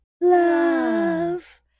love